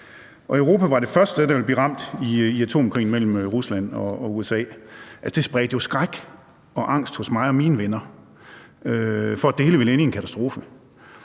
Europa ville være det første sted, der ville blive ramt i en atomkrig mellem Rusland og USA. Det spredte jo skræk og angst hos mig og mine venner for, at det hele ville ende i en katastrofe,